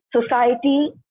society